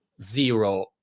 zero